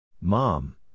Mom